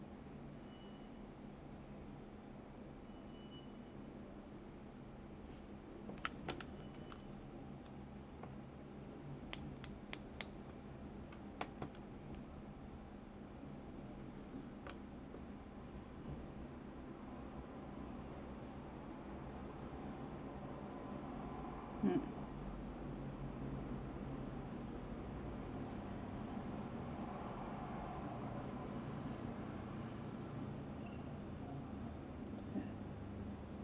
mm